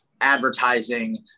advertising